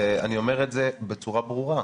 באמת.